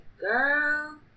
girl